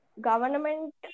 government